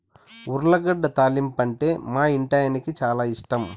ఉర్లగడ్డ తాలింపంటే మా ఇంటాయనకి చాలా ఇష్టం